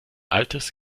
altes